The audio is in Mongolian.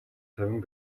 тавин